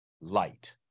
light